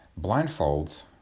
Blindfolds